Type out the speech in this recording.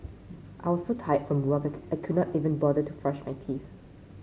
I was so tired from work I could not even bother to brush my teeth